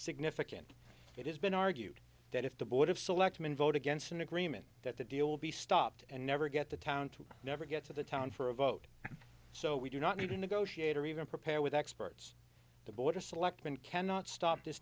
significant it has been argued that if the board of selectmen vote against an agreement that the deal will be stopped and never get the town to never get to the town for a vote so we do not need to negotiate or even prepare with experts the board of selectmen cannot stop this